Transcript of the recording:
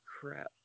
crap